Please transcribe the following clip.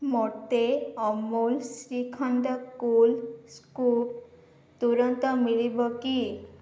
ମୋତେ Amul shrikhand cool scoop ତୁରନ୍ତ ମିଳିବ କି